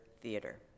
Theater